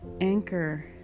Anchor